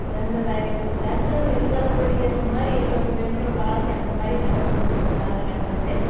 ரெண்டு ரை ரெண்டும் இருதலை கொள்ளி எறும்பு மாதிரி எங்கள் பெண்கள் வாழ்க்கை அந்த மாதிரி நடந்துகிட்டு இருக்குது காலகட்டத்தில்